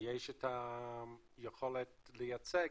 יש את היכולת לייצא גז.